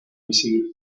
visible